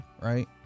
right